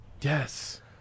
Yes